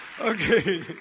Okay